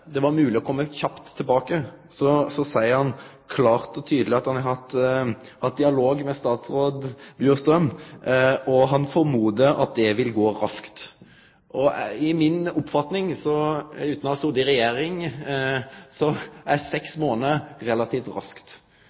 det var mogleg å kome kjapt tilbake, at han hadde hatt dialog med statsråd Bjurstrøm, og at han trudde at det ville «gå raskt». Etter mi oppfatning, utan å ha sete i regjering, er seks månader relativt raskt.